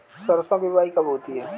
सरसों की बुआई कब होती है?